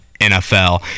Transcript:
NFL